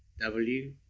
w,